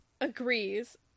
agrees